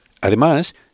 Además